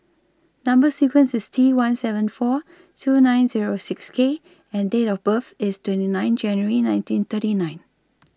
Number sequence IS T one seven four two nine Zero six K and Date of birth IS twenty nine January nineteen thirty nine